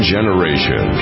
Generation